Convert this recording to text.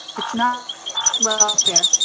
it's not welfare.